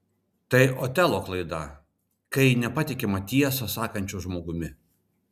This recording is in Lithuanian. tai otelo klaida kai nepatikima tiesą sakančiu žmogumi